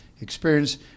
experience